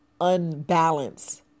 unbalanced